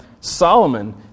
Solomon